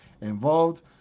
involved